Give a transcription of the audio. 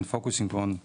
אני מבקר ספרי חשבונות.